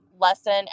lesson